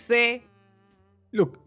Look